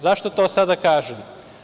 Zašto to sada kažem?